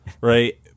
right